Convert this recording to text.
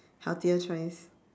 healthier choice